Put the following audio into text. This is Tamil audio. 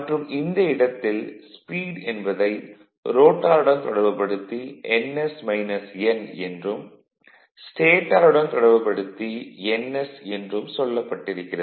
மற்றும் இந்த இடத்தில் ஸ்பீட் என்பதை ரோட்டாருடன் தொடர்புபடுத்தி ns - n என்றும் ஸ்டேடாருடன் தொடர்புபடுத்தி ns என்றும் சொல்லப்பட்டிருக்கிறது